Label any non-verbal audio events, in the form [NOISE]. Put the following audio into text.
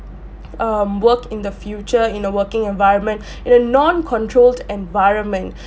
um work in the future in a working environment [BREATH] in a non controlled environment